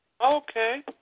Okay